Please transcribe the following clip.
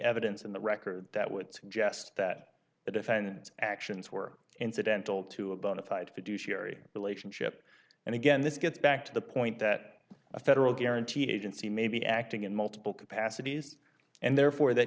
evidence in the record that would suggest that the defendant's actions were incidental to a bona fide fiduciary relationship and again this gets back to the point that a federal guaranty agency may be acting in multiple capacities and therefore that